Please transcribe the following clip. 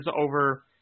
over